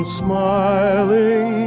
smiling